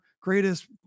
greatest